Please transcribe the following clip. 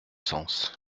sens